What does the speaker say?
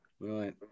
right